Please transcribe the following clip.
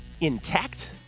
intact